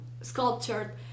sculptured